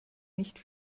nicht